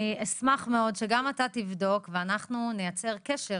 אני אשמח מאוד שגם אתה תבדוק ואנחנו נייצר קשר